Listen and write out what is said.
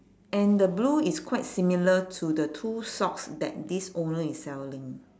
and the blue is quite similar to the two socks that this owner is selling